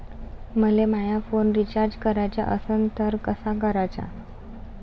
मले माया phone recharge कराचा असन तर कसा कराचा?